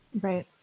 Right